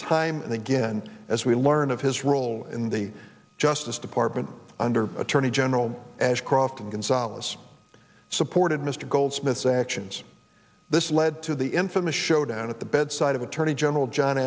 time and again as we learn of his role in the justice department under attorney general ashcroft and solace supported mr goldsmith's actions this led to the infamous showdown at the bedside of attorney general john